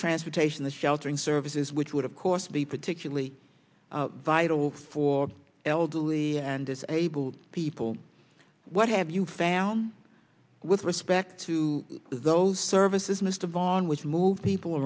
transportation the sheltering services which would of course be particularly vital for elderly and disabled people what have you found with respect to those services mr vaughan which move people